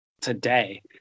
today